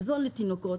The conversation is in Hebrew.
במזון לתינוקות